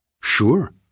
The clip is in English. Sure